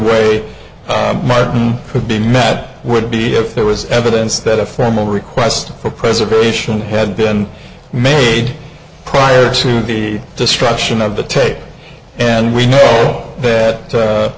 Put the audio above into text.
way martin could be met would be if there was evidence that a formal request for preservation had been made prior to the destruction of the tape and we know that